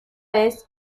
vez